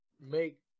make